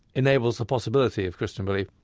enables the possibility of christian belief,